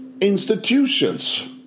institutions